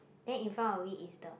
then in front of it is the